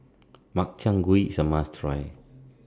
Makchang Gui IS A must Try